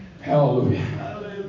Hallelujah